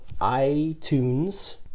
iTunes